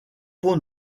pont